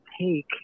take